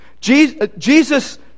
Jesus